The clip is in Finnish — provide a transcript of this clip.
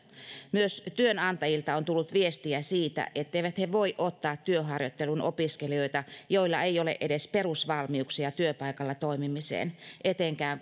myös työnantajilta on tullut viestiä siitä etteivät he voi ottaa työharjoitteluun opiskelijoita joilla ei ole edes perusvalmiuksia työpaikalla toimimiseen etenkään